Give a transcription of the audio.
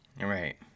Right